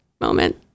moment